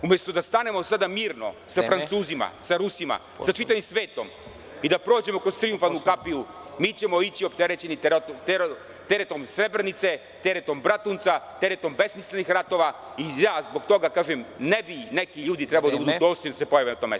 Umesto da stanemo sada mirno sa Francuzima, sa Rusima, sa čitavim svetom i da prođemo kroz Trijumfalnu kapiju, mi ćemo ići opterećeni teretom Srebrenice, teretom Bratunca, teretom besmislenih ratova, i ja zbog toga ne bi neki ljudi trebalo da budu dostojni da se pojave na tom mestu.